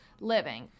living